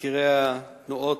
מזכירי התנועות,